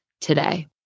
today